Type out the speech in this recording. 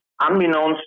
unbeknownst